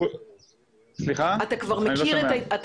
שזה